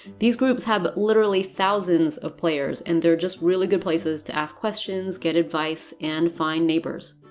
these groups have literally thousands of players, and they're just really good places to ask questions, get advice, and find neighbors.